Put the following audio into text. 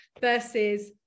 versus